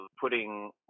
putting